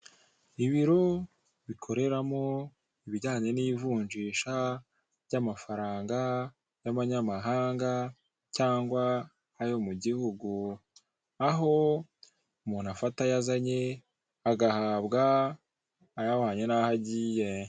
Ibiro bikoreramo ibijyanye n'ivunjisha ry'amafaranga y'abanyamahanga cyangwa ayo mu gihugu aho umuntu afata yazanye agahabwa ayahwanye naho agiye.